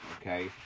okay